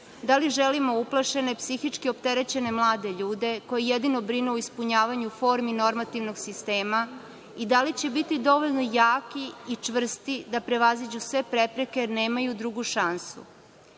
Da li želimo uplašene, psihički opterećene mlade ljude, koji jedino brinu o ispunjavanju formi normativnog sistema i da li će biti dovoljno jaki i čvrsti da prevaziđu sve prepreke jer nemaju drugu šansu? Znanje